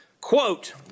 quote